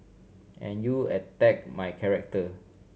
and you attack my character